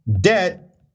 debt